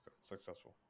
successful